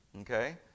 Okay